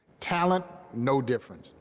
talent? no difference.